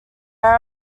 error